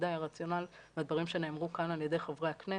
בוודאי הרציונל והדברים שנאמרו כאן על ידי חברי הכנסת,